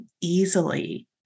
easily